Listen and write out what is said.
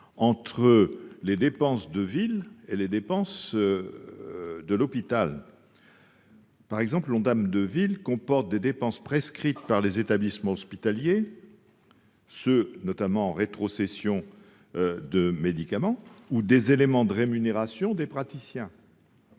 entre les dépenses de ville et les dépenses de l'hôpital. Par exemple, l'ONDAM de ville inclut des dépenses prescrites par les établissements hospitaliers, notamment dans les cas de rétrocession de médicaments, ou des éléments de rémunération des praticiens.